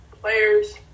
players